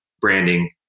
branding